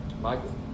Michael